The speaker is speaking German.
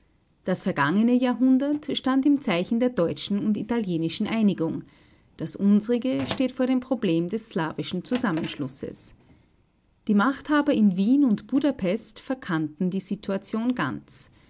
das vergangene jahrhundert stand im zeichen der deutschen und italienischen einigung das unsrige steht vor dem problem des slawischen zusammenschlusses die machthaber in wien und budapest verkannten die situation ganz